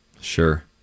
Sure